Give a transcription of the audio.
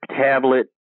tablet